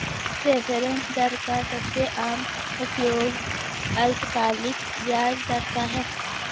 reference दर का सबसे आम उपयोग अल्पकालिक ब्याज दर का है